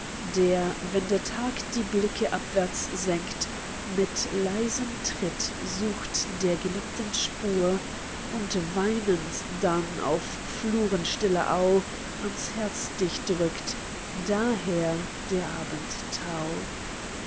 der wenn der tag die blicke abwärts senkt mit leisem tritt sucht der geliebten spur und weinend dann auf fluren stiller au ans herz dich drückt daher der abendtau an